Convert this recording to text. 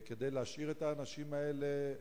כדי להשאיר את האנשים האלה,